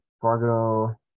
Fargo